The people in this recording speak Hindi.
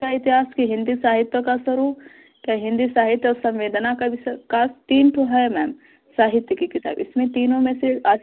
का इतिहास कि हिन्दी साहित्य का स्वरूप या हिन्दी साहित्य और संवेदना का विकास तीन ठो है मैम साहित्य की किताब इसमें तीनों में से अछ